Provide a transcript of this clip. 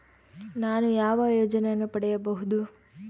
ನಾನು ಯಾವ ಯೋಜನೆಯನ್ನು ಪಡೆಯಬಹುದು?